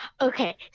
Okay